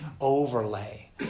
overlay